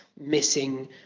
missing